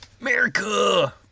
America